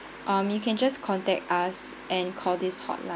um you can just contact us and call this hotline